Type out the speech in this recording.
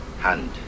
hand